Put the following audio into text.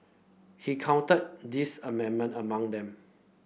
he counted this amendment among them